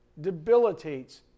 debilitates